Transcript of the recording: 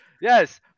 Yes